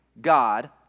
God